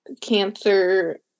cancer